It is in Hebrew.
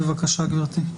בבקשה, גברתי.